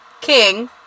king